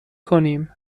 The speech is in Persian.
کنیم